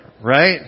right